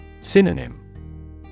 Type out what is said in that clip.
Synonym